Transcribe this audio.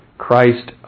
Christ